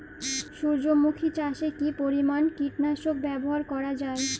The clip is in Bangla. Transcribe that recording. সূর্যমুখি চাষে কি পরিমান কীটনাশক ব্যবহার করা যায়?